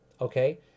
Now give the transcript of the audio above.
okay